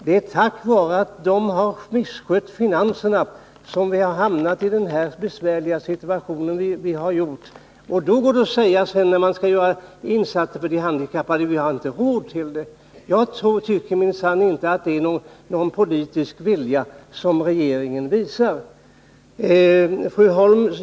Det är på grund av att den har misskött finanserna som vi hamnat i denna besvärliga situation. Sedan går det att säga, när man skall göra insatser för de handikappade: Vi har inte råd. Jag tycker minsann inte att det är någon politisk vilja som regeringen visar.